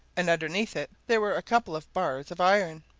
and underneath it there were a couple of bars of iron,